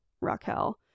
Raquel